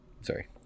sorry